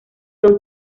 son